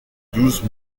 douze